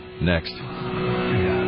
next